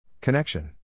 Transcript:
Connection